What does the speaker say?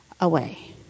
away